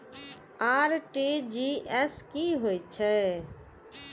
RTGS की होय छै